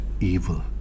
evil